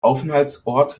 aufenthaltsort